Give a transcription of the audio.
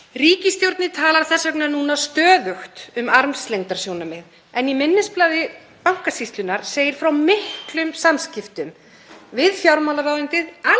Ríkisstjórnin talar þess vegna núna stöðugt um armslengdarsjónarmið, en í minnisblaði Bankasýslunnar segir frá miklum samskiptum við fjármálaráðuneytið